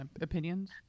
opinions